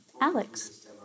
Alex